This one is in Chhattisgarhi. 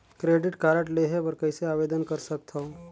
क्रेडिट कारड लेहे बर कइसे आवेदन कर सकथव?